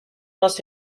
нас